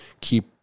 keep